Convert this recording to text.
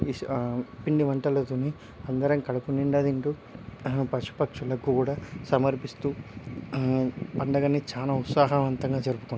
వేసీ పిండి వంటలతోని అందరం కడుపునిండా తింటూ పశు పక్షులకు కూడా సమర్పిస్తూ పండగని చాలా ఉత్సాహవంతంగా జరుపుకుంటాం